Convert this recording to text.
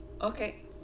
Okay